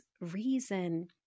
reason